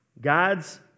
God's